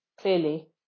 clearly